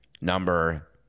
number